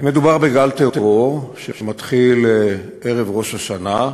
מדובר בגל טרור שמתחיל ערב ראש השנה,